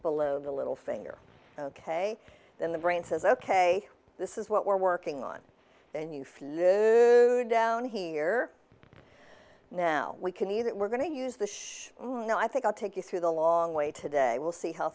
below the little finger ok then the brain says ok this is what we're working on and you fly down here now we can see that we're going to use the ship no i think i'll take you through the long way today we'll see how